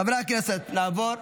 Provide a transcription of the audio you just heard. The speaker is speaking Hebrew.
חברי הכנסת, נעבור,